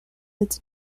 its